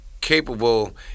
capable